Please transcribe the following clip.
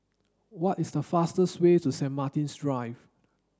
what is the fastest way to Saint Martin's Drive